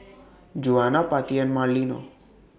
Juana Patti and Marlena